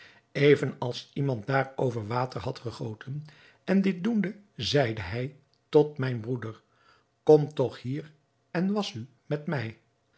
even als iemand daarover water had gegoten en dit doende zeide hij tot mijn broeder kom toch hier en wasch u met mij